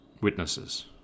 witnesses